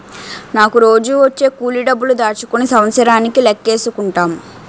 నాకు రోజూ వచ్చే కూలి డబ్బులు దాచుకుని సంవత్సరానికి లెక్కేసుకుంటాం